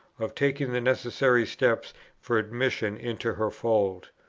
of taking the necessary steps for admission into her fold.